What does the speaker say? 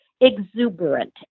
exuberant